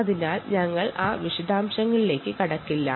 അതുകൊണ്ട് ഞങ്ങൾ ആ വിശദാംശങ്ങളിലേക്ക് കടക്കുന്നില്ല